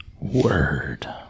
Word